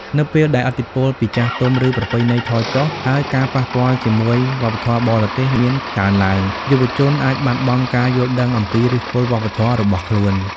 នៅពេលដែលឥទ្ធិពលពីចាស់ទុំ ឬប្រពៃណីថយចុះ ហើយការប៉ះពាល់ជាមួយវប្បធម៌បរទេសមានកើនឡើង យុវជនអាចបាត់បង់ការយល់ដឹងអំពីឫសគល់វប្បធម៌របស់ខ្លួន។